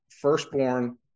firstborn